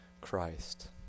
Christ